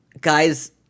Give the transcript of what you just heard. guys